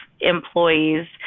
employees